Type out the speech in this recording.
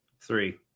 three